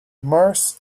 maurice